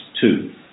two